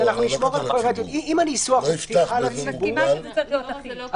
אני מסכימה שזה צריך להיות אחיד.